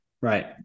Right